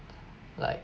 like